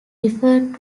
referred